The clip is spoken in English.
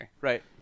Right